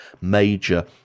major